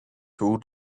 two